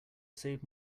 save